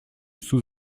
sous